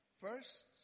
first